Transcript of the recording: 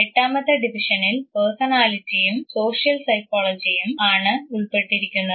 എട്ടാമത്തെ ഡിവിഷനിൽ പേഴ്സണാലിറ്റിയും സോഷ്യൽ സൈക്കോളജിയും ആണ് ഉൾപ്പെട്ടിരിക്കുന്നത്